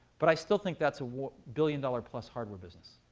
but i still think that's a billion-dollar-plus hardware business.